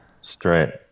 straight